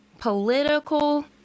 political